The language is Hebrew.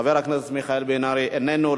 חבר הכנסת מיכאל בן ארי, איננו.